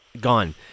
gone